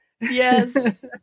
Yes